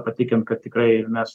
patikint kad tikrai mes